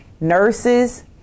nurses